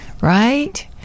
right